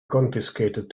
confiscated